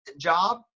job